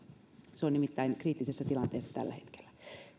se on nimittäin kriittisessä tilanteessa tällä hetkellä